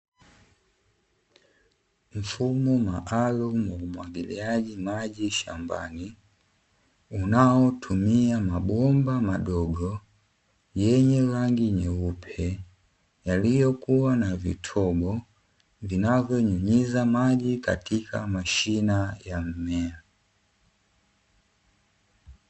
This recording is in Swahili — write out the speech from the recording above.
Mfumo maalumu wa umwagiliaji maji shambani unaotumia mabomba madogo yenye rangi nyeupe, yaliyokuwa na vitoba vinavyo nyunyiza maji katika mashina ya mimea.